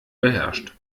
beherrscht